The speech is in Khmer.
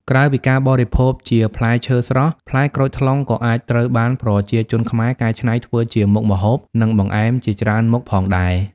ក្រៅពីការបរិភោគជាផ្លែឈើស្រស់ ផ្លែក្រូចថ្លុងក៏អាចត្រូវបានប្រជាជនខ្មែរកែច្នៃធ្វើជាមុខម្ហូប និងបង្អែមជាច្រើនមុខផងដែរ។